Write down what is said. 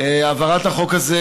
החוק הזה,